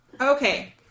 Okay